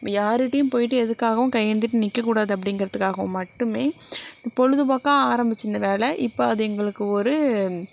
நம்ம யாருகிட்டியும் போய்ட்டு எதுக்காகவும் கையேந்திகிட்டு நிற்கக்கூடாது அப்படிங்கிறதுக்காகவும் மட்டுமே இது பொழுதுபோக்காக ஆரம்மிச்சிருந்த வேலை இப்போ அது எங்களுக்கு ஒரு